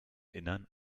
innern